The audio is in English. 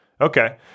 Okay